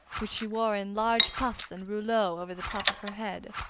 which she wore in large puffs and rouleaux over the top of her head.